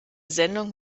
sendung